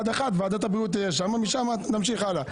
עד 13:00 ועדת הבריאות תהיה שם, ומשם נמשיך הלאה.